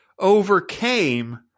overcame